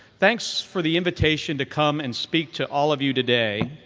thanks for the invitation to come and speak to all of you today.